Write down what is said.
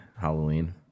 Halloween